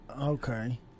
Okay